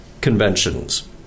conventions